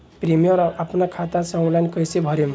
Premium अपना खाता से ऑनलाइन कईसे भरेम?